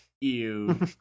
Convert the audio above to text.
Ew